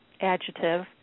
adjective